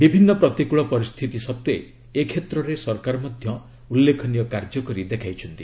ବିଭିନ୍ନ ପ୍ରତିକୂଳ ପରିସ୍ଥିତି ସତ୍ତ୍ୱେ ଏ କ୍ଷେତ୍ରରେ ସରକାର ମଧ୍ୟ ଉଲ୍ଲେଖନୀୟ କାର୍ଯ୍ୟ କରି ଦେଖାଇଛନ୍ତି